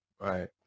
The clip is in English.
right